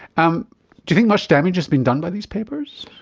um you think much damage has been done by these papers?